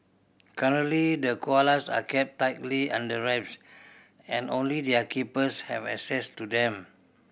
currently the koalas are kept tightly under wraps and only their keepers have access to them